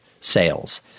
sales